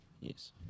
Yes